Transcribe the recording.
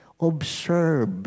observe